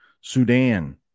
Sudan